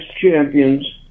champions